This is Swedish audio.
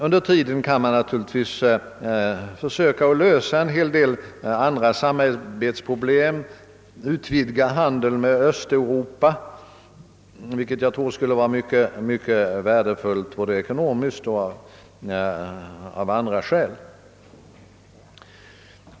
Under tiden kan man naturligtvis försöka lösa en hel del andra samarbetsproblem såsom t.ex. att utvidga handeln med öÖsteuropa — vilket jag tror skulle vara mycket värdefullt både ekonomiskt och av andra skäl.